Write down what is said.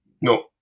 No